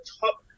top